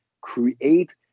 create